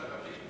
בערבית?